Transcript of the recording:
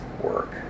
work